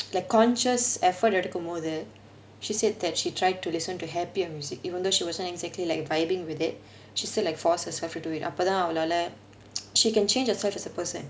like conscious effort எடுக்கும் போது:edukum pothu she said that she tried to listen to happier music even though she wasn't exactly like vibing with it she still like force herself to do it அப்போ தான் ஆவலால்:appo thaan aavalal she can change herself as a person